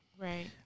Right